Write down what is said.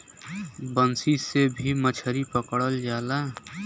बंसी से भी मछरी पकड़ल जाला